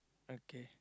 okay